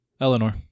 Eleanor